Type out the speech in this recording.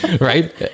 Right